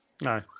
no